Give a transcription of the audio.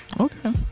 Okay